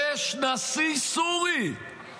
בואי נשמע מה השותפות שלך במרצ -- קלטנו,